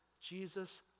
Jesus